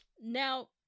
Now